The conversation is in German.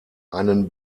einen